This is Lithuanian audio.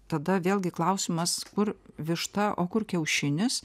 tada vėlgi klausimas kur višta o kur kiaušinis